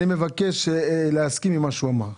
אני מבקש להסכים עם מה שהוא אמר.